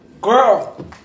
Girl